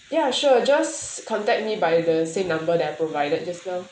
ya sure just contact me by the same number that I provided just now